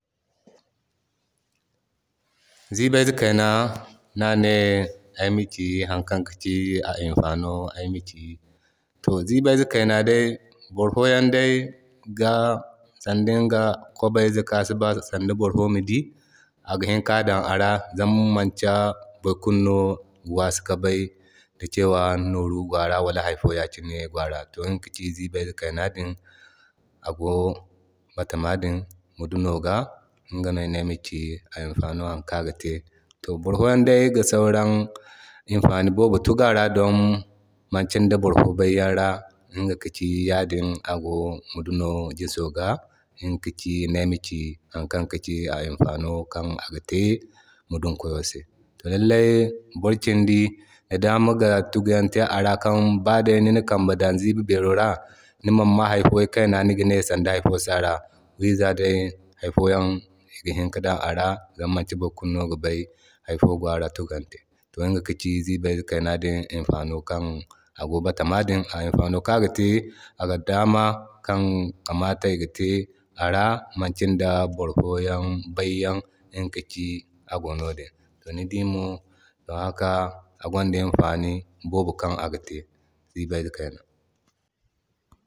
Zibayze Kay na no ane ayma ci har kan ka ci a amfano ayma ci. To zibayze kayna day boro foyaŋ day ga sanda iŋga kwabayze kan asi ba boro foyan ma bay dan a ra zama manti boro kulu no ga wasu ka bay da cewa nooru go a ra wala hayfo ya kine go a ra. To iga ka ci zibayze kayna din a go batama din mudumo ga. Iŋga no ane ayma ci amfano matakan aga te. To boro foyan day ga sauran imfani boobo tugu a ra don manki da boro fo yan bay yan ra. Iŋga ka ci yadin ago mudumo gesa ga iga ka ci ine ayama ci har kan ga ci a imfano kan aga te mudun koyo se. To lallay boro kin do da dama ga tugu yan te a ra kan baday nina kambe dan ziba beero ra niman ma hayfo niga ne ikaina sanda hayfo sino a ra, wiza day hayfoyan iŋga hini ki dan a ra zama manti boro kulu no gi bay hayfo go a ra tugonte. To iga ka ci zibayze kayna din imfano kan ago batama din a imfano kan aga te aga dama kan kamata iga te a ra manti da boro foyan bay yan, iga ka ci ago no din. To ni dii mo don haka a gwanda imfani boobo kan aga te, zibayze kayna.